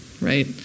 right